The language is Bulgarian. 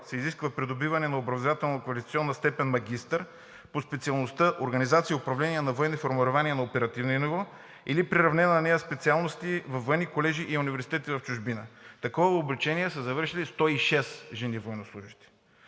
се изисква придобиване на образователно-квалификационна степен „магистър“ по специалността „Организация и управление на военни формирования на оперативно ниво“ или приравнената на нея специалност във военни колежи и университети в чужбина. Такова обучение са завършили 106 жени военнослужещи.